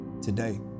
today